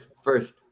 first